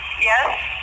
Yes